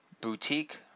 Boutique